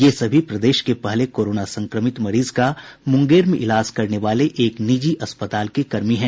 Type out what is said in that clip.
ये सभी प्रदेश के पहले कोरोना संक्रमित मरीज का मुंगेर में इलाज करने वाले एक निजी अस्पताल के कर्मी हैं